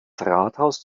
rathaus